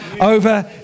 over